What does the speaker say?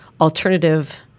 alternative